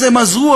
אז הם עזרו,